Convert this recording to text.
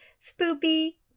Spoopy